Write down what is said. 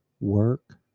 work